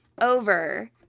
over